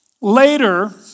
Later